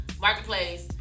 Marketplace